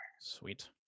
sweet